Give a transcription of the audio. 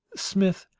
smith,